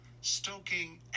stoking